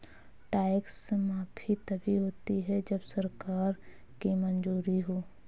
tax माफी तभी होती है जब सरकार की मंजूरी हो